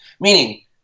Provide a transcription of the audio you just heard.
Meaning